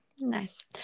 nice